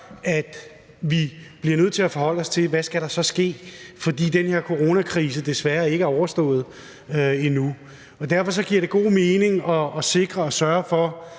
at vi bliver nødt til at forholde os til, hvad der så skal ske, fordi den her coronakrise desværre ikke er overstået endnu. Derfor giver det god mening at sikre og sørge for,